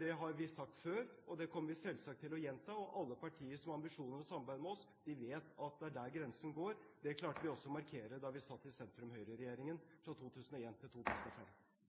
det har vi sagt før, og det kommer vi selvsagt til å gjenta. Alle partier som har ambisjoner om å samarbeide med oss, vet at det er der grensen går. Det klarte vi også å markere da vi satt i sentrum–Høyre-regjeringen fra 2001 til 2005.